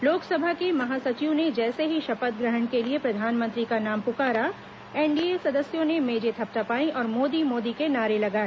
लोकसभा के महासचिव ने जैसे ही शपथ के लिए प्रधानमंत्री का नाम पुकारा एनडीए सदस्यों ने मेजें थपथपाई और मोदी मोदी के नारे लगाए